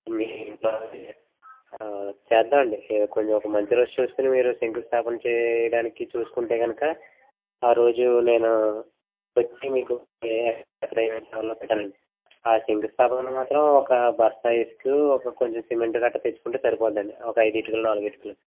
మీ ఇంట్లో అది చేద్దాం అండి ఏ కొంచెం ఒక మంచిరోజు చూసుకుని మీరు శంకుస్తాపన చేయడానికి చూసుకుంటే కనుక ఆరోజు నేను వచ్చి మీకు ఏమేమి ఎక్కడ ఏమి చేసుకోవాలో చెప్తాను అండి శంకుస్తాపన రోజు మాత్రం ఒక బస్తా ఇసుకు ఒక కొంచెం సిమెంటు కట్టా తెచ్చుకుంటే సరిపోద్ది అండి ఒక ఐదు ఇటుకులు నాలుగు ఇటుకులు